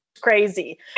crazy